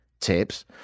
tips